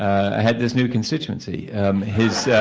i had this new constituency his